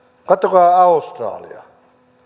katsokaa australiaa